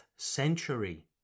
Century